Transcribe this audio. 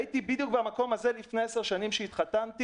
הייתי במקום הזה לפני עשר שנים כשהתחתנתי.